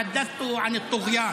שמחה ששמח פה.